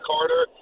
Carter